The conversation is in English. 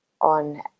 on